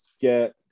get